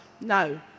no